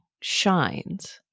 shines